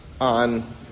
on